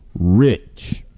rich